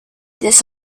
this